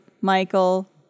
Michael